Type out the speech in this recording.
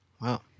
Wow